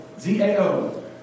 Z-A-O